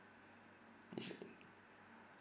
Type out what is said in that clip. they should